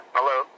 Hello